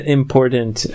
important